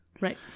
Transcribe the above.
right